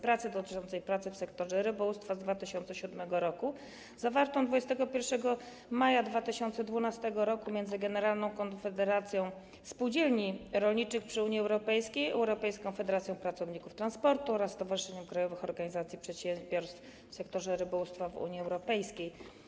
Pracy dotyczącej pracy w sektorze rybołówstwa z 2007 r. zawartą 21 maja 2012 r. między Generalną Konfederacją Spółdzielni Rolniczych przy Unii Europejskiej, Europejską Federacją Pracowników Transportu oraz Stowarzyszeniem Krajowych Organizacji Przedsiębiorstw w Sektorze Rybołówstwa w Unii Europejskiej.